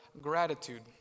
gratitude